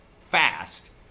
fast